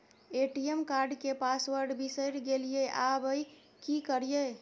ATM card के password बिसरि गेलियै आबय की करियै?